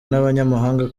n’abanyamahanga